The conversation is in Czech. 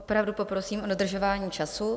Opravdu poprosím o dodržování času.